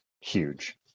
huge